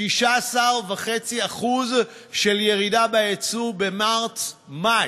16.5% של ירידה ביצוא במרס מאי,